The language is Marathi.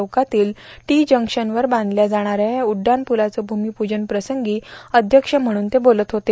चौकातील टी जंक्शनवर बांधल्या जाणाऱ्या या उड्डाणपुलाच्या भूमीपुजनाप्रसंगी अध्यक्ष म्हणून ते बोलत होते